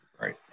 right